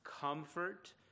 comfort